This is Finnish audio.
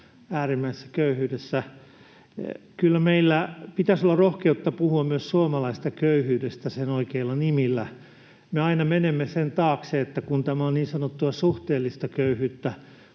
äärimmäisessä köyhyydessä. Kyllä meillä pitäisi olla rohkeutta puhua myös suomalaisesta köyhyydestä sen oikeilla nimillä. Me aina menemme sen taakse, että kun tämä on niin sanottua suhteellista köyhyyttä,